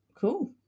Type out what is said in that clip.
Cool